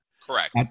Correct